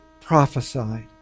prophesied